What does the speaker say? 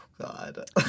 God